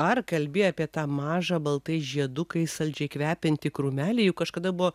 ar kalbi apie tą mažą baltais žiedukais saldžiai kvepiantį krūmelį juk kažkada buvo